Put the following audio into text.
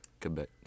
Quebec